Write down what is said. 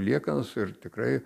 liekanas ir tikrai